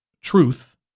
Truth